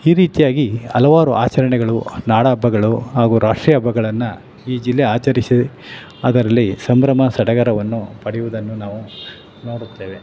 ಈ ರೀತಿಯಾಗಿ ಹಲವಾರು ಆಚರಣೆಗಳು ನಾಡ ಹಬ್ಬಗಳು ಹಾಗೂ ರಾಷ್ಟ್ರೀಯ ಹಬ್ಬಗಳನ್ನು ಈ ಜಿಲ್ಲೆ ಆಚರಿಸಿದೆ ಅದರಲ್ಲಿ ಸಂಭ್ರಮ ಸಡಗರವನ್ನು ಪಡೆಯೋದನ್ನು ನಾವು ನೋಡುತ್ತೇವೆ